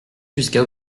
jusqu’à